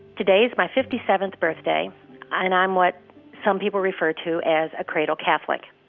today is my fifty seventh birthday, and i'm what some people refer to as a cradle catholic.